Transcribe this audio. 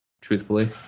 truthfully